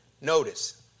Notice